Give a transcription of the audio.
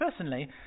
Personally